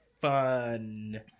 fun